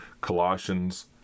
colossians